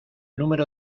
número